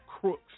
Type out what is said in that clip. crooks